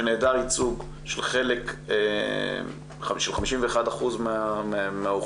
שנעדר ייצוג של 51% מהאוכלוסייה,